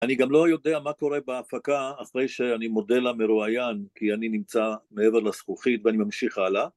אני גם לא יודע מה קורה בהפקה אחרי שאני מודה למרואיין, כי אני נמצא מעבר לזכוכית ואני ממשיך הלאה